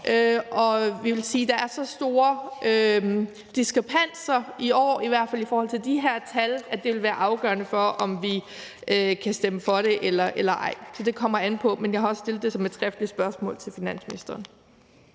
Vi vil sige, at der er så store diskrepanser i år, i hvert fald i forhold til de her tal, at det vil være afgørende for, om vi kan stemme for det eller ej. Men jeg har også stillet det som et skriftligt spørgsmål til finansministeren.